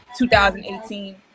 2018